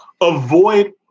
avoid